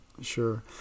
Sure